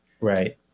Right